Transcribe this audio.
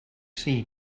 sea